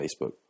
Facebook